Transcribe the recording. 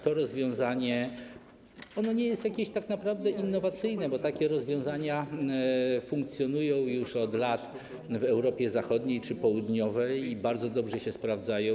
To rozwiązanie nie jest tak naprawdę innowacyjne, bo takie rozwiązania funkcjonują już od lat w Europie Zachodniej czy Europie Południowej i bardzo dobrze się sprawdzają.